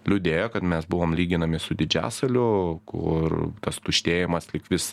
liūdėjo kad mes buvom lyginami su didžiasaliu kur tas tuštėjimas lyg vis